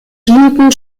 dienten